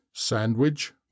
Sandwich